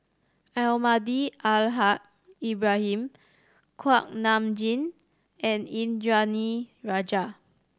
Almahdi Al Haj Ibrahim Kuak Nam Jin and Indranee Rajah